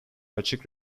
açık